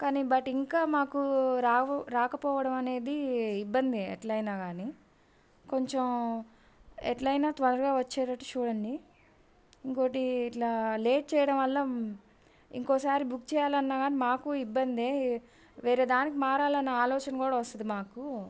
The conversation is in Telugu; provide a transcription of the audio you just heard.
కానీ బట్ ఇంకా మాకు రాకపోవడం అనేది ఇబ్బందే ఎట్ల అయిన కానీ కొంచెం ఎలా అయిన త్వరగా వచ్చేటట్టు చూడండి ఇంక ఒకటి ఇట్ల లేట్ చెయ్యడం వల్ల ఇంకోసారి బుక్ చెయ్యాలన్నగాని మాకు ఇబ్బందే వేరే దానికి మారాలన్న ఆలోచన కూడా వస్తుంది మాకు